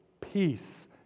peace